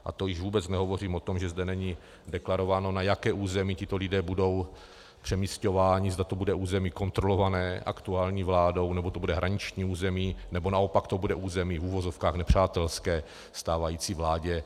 A to již vůbec nehovořím o tom, že zde není deklarováno, na jaké území tito lidé budou přemisťováni, zda to bude území kontrolované aktuální vládou, nebo to bude hraniční území, nebo naopak to bude území v uvozovkách nepřátelské stávající vládě.